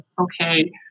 Okay